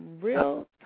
real